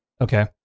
Okay